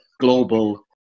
global